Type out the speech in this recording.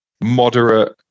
moderate